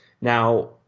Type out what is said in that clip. Now